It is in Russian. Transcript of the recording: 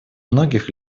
многих